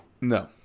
No